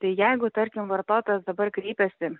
tai jeigu tarkim vartotojas dabar kreipiasi